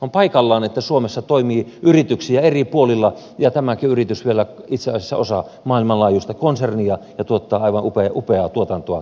on paikallaan että suomessa toimii yrityksiä eri puolilla ja tämäkin yritys vielä itse asiassa osa maailmanlaajuista konsernia ja tuottaa aivan upeaa tuotantoa kaiken kaikkiaan